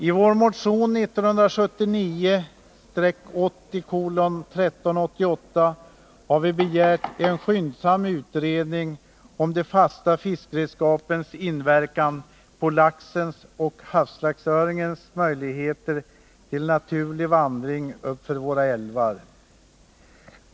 I vår motion 1979/80:1388 har vi begärt en skyndsam utredning om de fasta fiskeredskapens inverkan på laxens och havslaxöringens möjligheter till naturlig vandring uppför våra älvar.